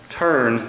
turn